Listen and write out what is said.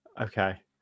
okay